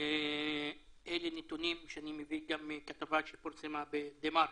אלה נתונים שאני מביא מכתבה שפורסמה בדה-מרקר.